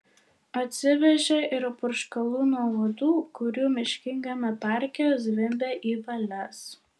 atsivežė ir purškalų nuo uodų kurių miškingame parke zvimbė į valias